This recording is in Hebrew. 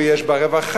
ויש בה רווחה,